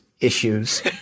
issues